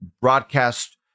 broadcast